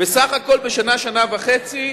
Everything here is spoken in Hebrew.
בסך הכול בשנה, שנה וחצי,